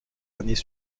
années